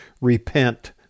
repent